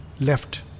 left